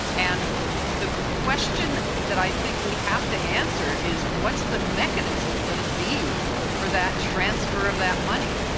and the question that i think we have to answer is what's the mechanism going to be for that transfer of that money?